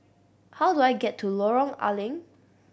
how do I get to Lorong Ah Leng